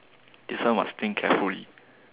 this one must think carefully